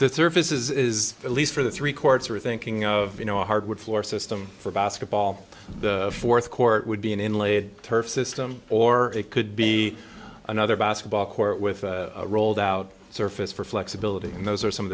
the surface is at least for the three courts are thinking of you know hardwood floor system for basketball the fourth court would be an in laid turf system or it could be another basketball court with a rolled out surface for flexibility and those are some of